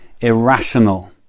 irrational